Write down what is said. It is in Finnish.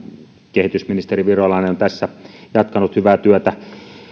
kehitysministeri virolainen on tässä jatkanut hyvää työtä